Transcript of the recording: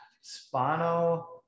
Spano